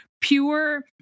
pure